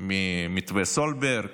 ממתווה סולברג,